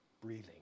Breathing